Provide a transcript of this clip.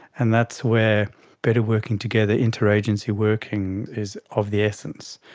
and that's where better working together, inter-agency working is of the essence.